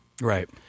Right